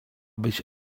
być